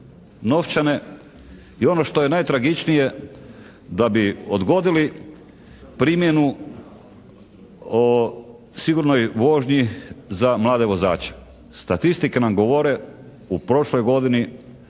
i ono što je najtragičnije da bi odgodili primjenu o sigurnoj vožnji za mlade vozače. Statistike nam govore u prošloj godini